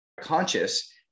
conscious